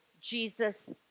Jesus